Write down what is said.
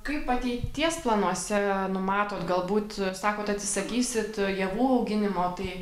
kaip ateities planuose numatot galbūt sakot atsisakysit javų auginimo tai